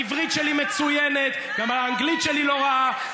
העברית שלי מצוינת, וגם האנגלית שלי לא רעה.